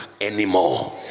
anymore